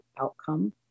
outcome